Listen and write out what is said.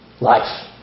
life